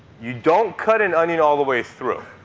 you don't cut an onion all the way through,